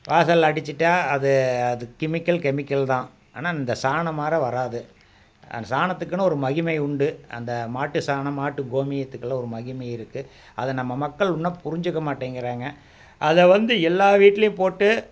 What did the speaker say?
வாசல்ல அடிச்சிட்டால் அது அது கெமிக்கல் கெமிக்கல் தான் ஆனால் இந்த சாணம்மாரி வராது அந்த சாணத்துக்குன்னு ஒரு மகிமை உண்டு அந்த மாட்டு சாணம் மாட்டு கோமியத்துக்கெல்லாம் ஒரு மகிமை இருக்குது அதை நம்ம மக்கள் இன்னும் புரிஞ்சிக்கமாட்டேங்கிறாங்க அதை வந்து எல்லார் வீட்டிலயும் போட்டு